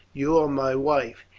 you are my wife,